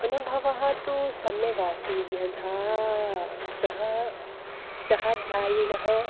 अनुभवतः तु सम्यगासीत् यथा सह सहाध्यायिनः